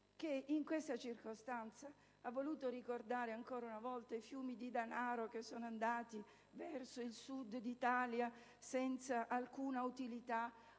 che in questa circostanza ha voluto ricordare ancora una volta i fiumi di denaro che sono andati verso il Sud Italia senza alcuna utilità,